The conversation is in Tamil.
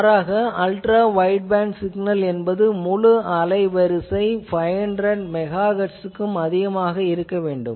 மாறாக அல்ட்ரா வைட்பேண்ட் சிக்னல் என்பதன் முழு அலைவரிசை 500MHz க்கும் அதிகமாக இருக்க வேண்டும்